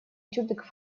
тюбик